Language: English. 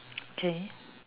okay